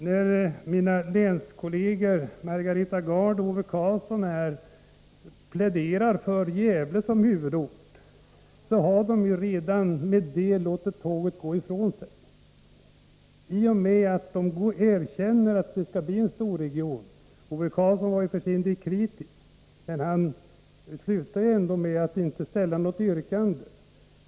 När mina länskolleger Margareta Gard och Ove Karlsson här pläderar för Falun som huvudort, så har de ju redan därmed låtit tåget gå ifrån sig — i och med att de går med på att det skall bli en storregion. Ove Karlsson var för sin del kritisk, men han ställde ändå inte något yrkande.